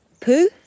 poo